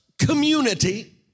Community